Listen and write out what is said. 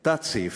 תת-סעיפים.